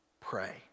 pray